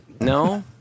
No